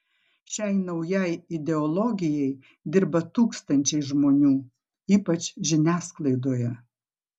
šiai naujajai ideologijai dirba tūkstančiai žmonių ypač žiniasklaidoje